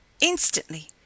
Instantly